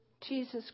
Jesus